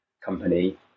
company